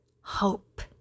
hope